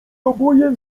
oboje